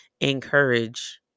encourage